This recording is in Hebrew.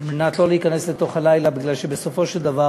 על מנת לא להיכנס לתוך הלילה, מפני שבסופו של דבר